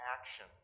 action